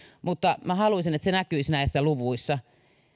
mutta haluaisin että se näkyisi näissä luvuissa